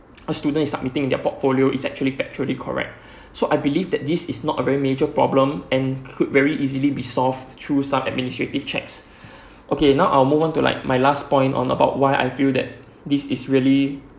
a student is submitting their portfolio is actually factually correct so I believe that this is not a very major problem and could very easily be solved through some administrative checks okay now I move on to like my last point on about why I feel that this is really